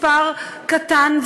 מספר קטן,